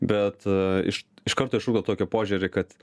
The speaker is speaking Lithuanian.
bet iš iš karto išugdo tokį požiūrį kad